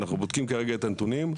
אנחנו בודקים כרגע את הנתונים.